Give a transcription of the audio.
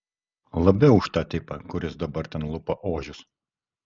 labiau už tą tipą kuris dabar ten lupa ožius